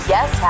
Yes